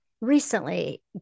recently